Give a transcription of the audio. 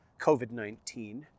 COVID-19